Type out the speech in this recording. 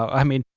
i mean,